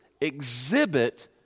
exhibit